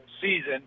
season